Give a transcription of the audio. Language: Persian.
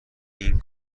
این